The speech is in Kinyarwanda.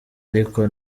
ariko